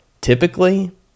typically